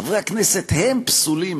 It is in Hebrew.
חברי הכנסת הם פסולים,